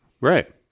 Right